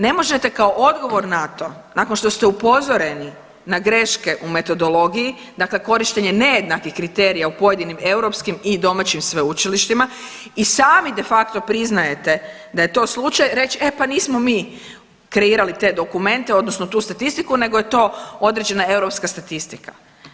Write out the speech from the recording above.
Ne možete kao odgovor na to nakon što ste upozoreni na greške u metodologiji dakle korištenje nejednakih kriterija u pojedinim europskim i domaćim sveučilištima i sami de facto priznajete da je to slučaj, reć e pa nismo mi kreirali te dokumente odnosno tu statistiku nego je to određena europska statistika.